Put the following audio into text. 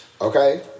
Okay